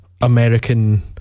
American